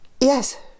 yes